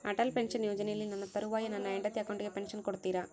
Atal pension ಯೋಜನೆಯಲ್ಲಿ ನನ್ನ ತರುವಾಯ ನನ್ನ ಹೆಂಡತಿ ಅಕೌಂಟಿಗೆ ಪೆನ್ಶನ್ ಕೊಡ್ತೇರಾ?